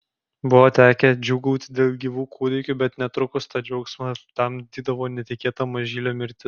buvo tekę džiūgauti dėl gyvų kūdikių bet netrukus tą džiaugsmą aptemdydavo netikėta mažylio mirtis